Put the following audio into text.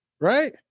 right